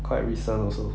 quite recent also